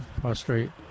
prostrate